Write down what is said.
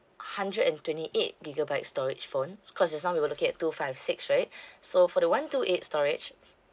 hundred and twenty eight gigabyte storage phone cause just now we're looking at two five six right so for the one two eight storage